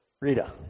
Rita